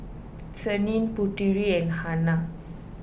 Senin Putri and Hana